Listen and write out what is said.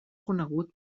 conegut